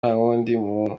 ntawundi